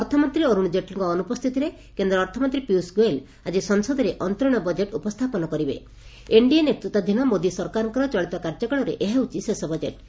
ଅର୍ଥମନ୍ତୀ ଅର୍ଥଶ ଜେଟଲୀଙ୍କ ଅନୁପସ୍ଥିତିରେ କେନ୍ଦ୍ ଅର୍ଥମନ୍ତୀ ପୀୟଷ ଗୋୟଲ ଆଜି ସଂସଦରେ ଅନ୍ତରୀଣ ବଜେଟ୍ ଉପସ୍ରାପନ କରିବେ ଏନ୍ଡିଏ ନତିତ୍ୱାଧୀନ ମୋଦୀ ସରକାରଙ୍କର ଚଳିତ କାର୍ଯ୍ୟକାଳରେ ଏହା ହେଉଛି ଶେଷ ବଜେଟ୍